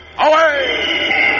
Away